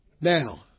Now